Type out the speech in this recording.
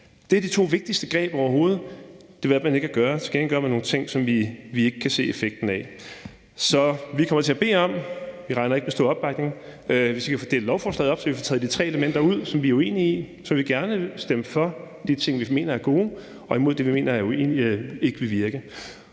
Det er de to vigtigste greb overhovedet. Dem valgte man ikke at gøre brug af. Til gengæld gør man nogle ting, som vi ikke kan se effekten af. Så vi kommer til at bede om noget. Vi regner ikke med stor opbakning. Hvis vi kan få delt lovforslaget op, så vi kan få taget de tre elementer ud, som vi er uenige i, så vil vi gerne stemme for de ting, vi mener er gode, og imod det, vi mener ikke vil virke.